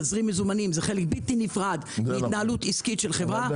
תזרים מזומנים זה חלק בלתי נפרד מהתנהלות עסקית של חברה,